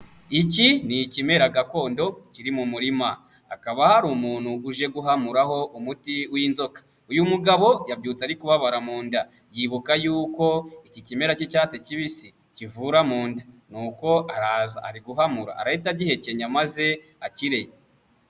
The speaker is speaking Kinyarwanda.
Iki ni ikimera gakondo kiri mu murima, hakaba hari umuntu uje guhamuraho umuti w'inzoka; uyu mugabo yabyutse ari kubabara mu nda, yibuka yuko iki kimera cy'icyatsi kibisi kivura mu nda nuko araza arahamura, arahita agihekenya maze akire.